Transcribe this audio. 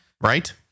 Right